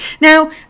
Now